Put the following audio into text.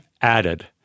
added